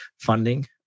funding